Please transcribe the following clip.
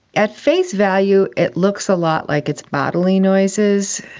at face value it looks a lot like it's bodily noises.